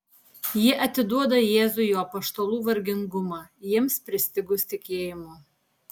ji atiduoda jėzui jo apaštalų vargingumą jiems pristigus tikėjimo